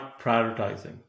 prioritizing